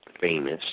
famous